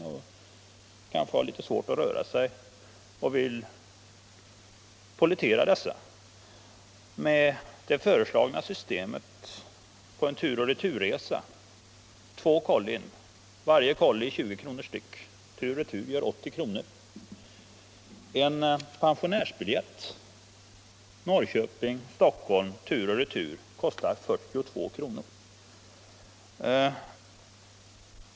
Han har kanske litet svårt att röra sig och vill pollettera sina kollin. Med det föreslagna systemet kostar varje kolli 20 kr., vilket vid tur och retur-resa gör 80 kr. En pensionärsbiljett Norrköping-Stockholm tur och retur kostar 42 kr.